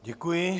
Děkuji.